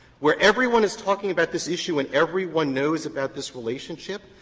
where everyone is talking about this issue and everyone knows about this relationship,